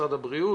משרד הבריאות,